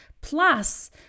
Plus